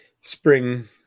spring